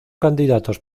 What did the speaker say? candidatos